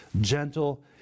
gentle